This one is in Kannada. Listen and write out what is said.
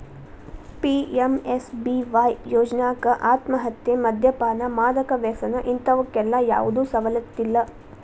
ಪಿ.ಎಂ.ಎಸ್.ಬಿ.ವಾಯ್ ಯೋಜ್ನಾಕ ಆತ್ಮಹತ್ಯೆ, ಮದ್ಯಪಾನ, ಮಾದಕ ವ್ಯಸನ ಇಂತವಕ್ಕೆಲ್ಲಾ ಯಾವ್ದು ಸವಲತ್ತಿಲ್ಲ